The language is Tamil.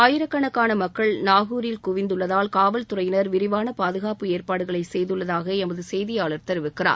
ஆயிரக்கணக்கான மக்கள் நாகூரில் குவிந்துள்ளதால் காவல்துறையினர் விரிவான பாதுகாப்பு ஏற்பாடுகளை செய்துள்ளதாக எமது செய்தியாளர் தெரிவிக்கிறார்